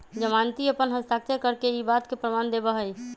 जमानती अपन हस्ताक्षर करके ई बात के प्रमाण देवा हई